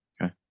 Okay